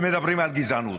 ומדברים על גזענות,